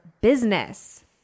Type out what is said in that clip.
business